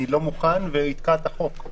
אני לא מוכן, ויתקע את החוק.